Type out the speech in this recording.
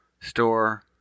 store